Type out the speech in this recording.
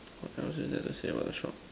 what else is there to say about the shop